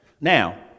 Now